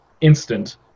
instant